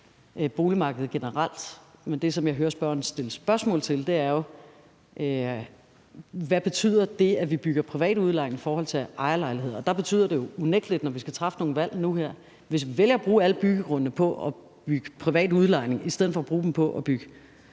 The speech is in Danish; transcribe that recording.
vestlige verden. Men det, jeg hører spørgeren stille spørgsmål til, er, hvad det betyder, at vi bygger privat udlejning i forhold til at bygge ejerlejligheder. Og der betyder det jo unægtelig, når vi skal træffe nogle valg nu her, at hvis vi vælger at bruge alle byggegrundene på at bygge privat udlejning i stedet for at bruge dem på at bygge